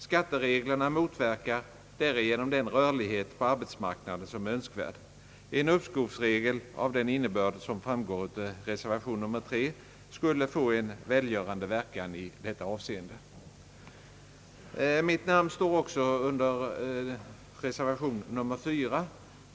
Skattereglerna motverkar därigenom den rörlighet på arbetsmarknaden som är önskvärd. En uppskovsregel av den innebörd som framgår av reservation 3 skulle få en välgörande verkan i detta avseende. Mitt namn står också under reservation nr 4.